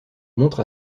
montre